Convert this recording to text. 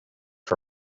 for